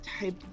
type